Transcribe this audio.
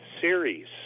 series